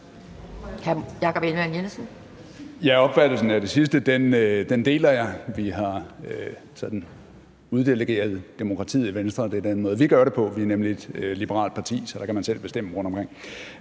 Ja, opfattelsen af det sidste deler jeg. Vi har sådan uddelegeret demokratiet i Venstre; det er den måde, vi gør det på. Vi er nemlig et liberalt parti, så der kan man selv bestemme rundtomkring.